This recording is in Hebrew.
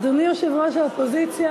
אדוני, יושב-ראש האופוזיציה.